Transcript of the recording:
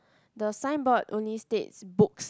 the sign board only states book